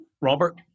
Robert